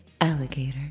alligator